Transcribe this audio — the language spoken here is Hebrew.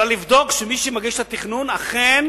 אלא לבדוק שמי שמגיש את התכנון אכן